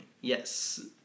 Yes